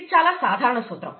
ఇది చాలా సాధారణ సూత్రం